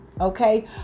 Okay